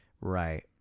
Right